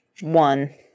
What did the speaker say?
One